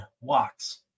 walks